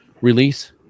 release